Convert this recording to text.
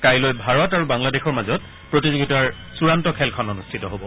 কাইলৈ ভাৰত আৰু বাংলাদেশৰ প্ৰতিযোগিতাৰ চূড়ান্ত খেলখন অনুষ্ঠিত হ'ব